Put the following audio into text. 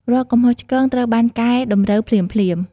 រាល់កំហុសឆ្គងត្រូវបានកែតម្រូវភ្លាមៗ។